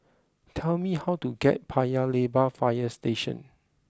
tell me how to get to Paya Lebar Fire Station